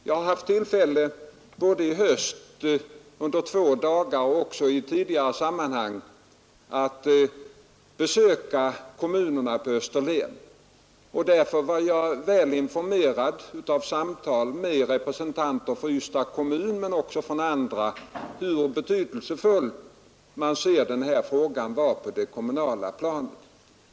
Jag har haft tillfälle både i höst under två dagar och även i tidigare sammanhang att besöka kommunerna i Österlen, och därför är jag väl informerad bl.a. genom samtal med representanter för Ystads kommun om hur betydelsefull man anser att denna fråga är på det kommunala planet.